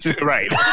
Right